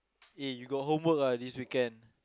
eh you got homework ah this weekend